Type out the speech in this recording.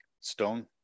stone